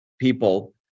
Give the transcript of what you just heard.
people